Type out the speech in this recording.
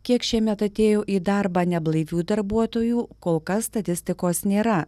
kiek šiemet atėjo į darbą neblaivių darbuotojų kol kas statistikos nėra